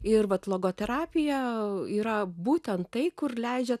ir vat logoterapija yra būtent tai kur leidžia